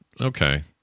okay